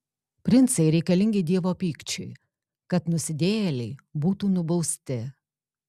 princai reikalingi dievo pykčiui kad nusidėjėliai būtų nubausti